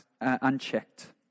unchecked